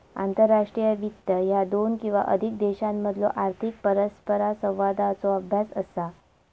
आंतरराष्ट्रीय वित्त ह्या दोन किंवा अधिक देशांमधलो आर्थिक परस्परसंवादाचो अभ्यास असा